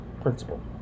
principle